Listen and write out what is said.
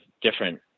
different